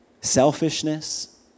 Selfishness